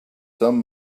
some